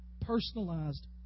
personalized